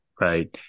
right